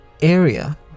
area